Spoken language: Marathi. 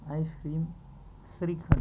आईस्क्रीम श्रीखंड